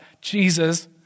Jesus